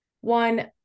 one